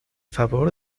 favor